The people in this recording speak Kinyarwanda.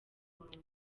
murongo